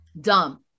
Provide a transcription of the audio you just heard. Dumb